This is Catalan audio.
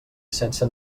sense